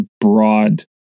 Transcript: broad